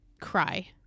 cry